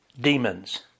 demons